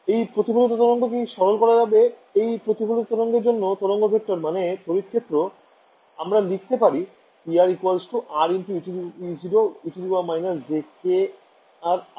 এই প্রতিফলিত তরঙ্গ কে কি সরল করা যাবে এই প্রতিফলিত তরঙ্গের জন্য তরঙ্গ ভেক্টর মানে তড়িৎ ক্ষেত্র আমরা লিখতে পারি Er RE0e−jkrr→